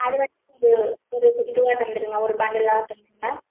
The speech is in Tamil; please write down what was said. அது வந்து ஒரு இதுவாக தந்துவிடுங்க ஒரு பண்டிலாக தந்துவிடுங்க